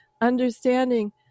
understanding